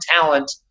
talent